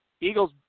Eagles